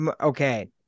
okay